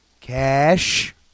cash